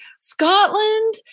Scotland